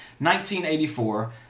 1984